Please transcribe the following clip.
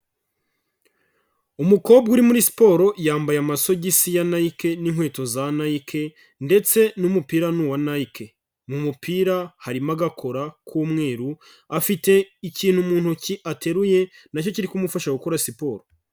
Umukobwa uri muri siporo yambaye amasogisi ya Nike n'inkweto za Nike ndetse n'umupira n'uwa Nike, mu mupira harimo agakora k'umweru, afite ikintu mu ntoki ateruye na cyo kiri kumufasha gukora siporo.